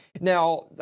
Now